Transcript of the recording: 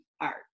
art